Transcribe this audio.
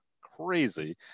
crazy